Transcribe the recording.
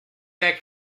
der